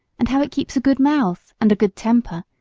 and how it keeps a good mouth and a good temper,